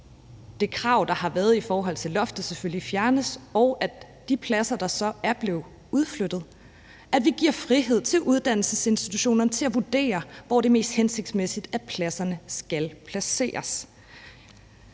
det krav, der har været i forhold til loftet, selvfølgelig fjernes, og at vi giver frihed til uddannelsesinstitutionerne til at vurdere, hvor det er mest hensigtsmæssigt at placere de pladser,